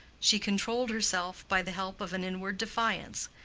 she controlled herself by the help of an inward defiance,